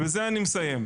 בזה אני מסיים.